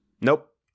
Nope